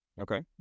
Okay